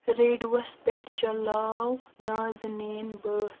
reduce پیٹھ چلاو نازنیٖن بٲتھ